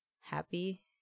happy